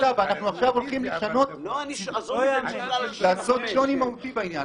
עכשיו הולכים לעשות שוני מהותי בעניין הזה.